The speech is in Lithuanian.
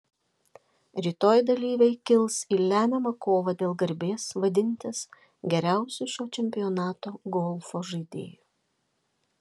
rytoj dalyviai kils į lemiamą kovą dėl garbės vadintis geriausiu šio čempionato golfo žaidėju